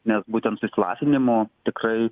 nes būtent su įsilasinimo tikrai